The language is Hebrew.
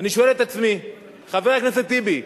ואני שואל את עצמי, חבר הכנסת טיבי,